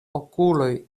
okuloj